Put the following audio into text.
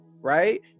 right